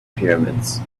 pyramids